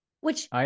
Which-